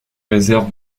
réserve